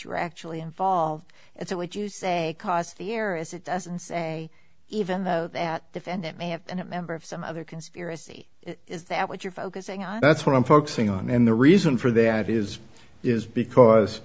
you're actually involved it's a would you say cause the error is it doesn't say even though that defendant may have been a member of some other conspiracy is that what you're focusing on that's what i'm focusing on and the reason for that is is because